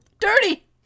Dirty